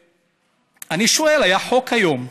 אני שואל: היה חוק היום,